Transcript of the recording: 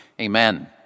Amen